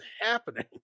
happening